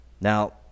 now